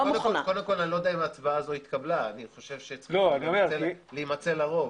אני לא יודע אם ההצבעה הזאת התקבלה אני חושב שצריך להימצא לה רוב,